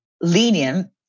lenient